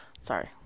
sorry